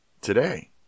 today